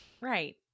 Right